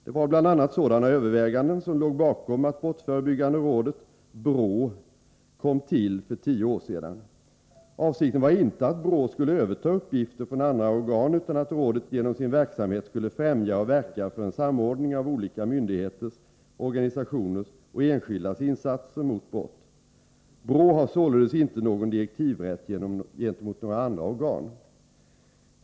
Det var bl.a. sådana överväganden som låg bakom att brottsförebyggande rådet kom till för tio år sedan. Avsikten var inte att BRÅ skulle överta uppgifter från andra organ utan att rådet genom sin verksamhet skulle främja och verka för en samordning av olika myndigheters, organisationers och enskildas insatser mot brott. BRÅ har således inte någon direktivrätt gentemot några andra organ.